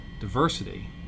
diversity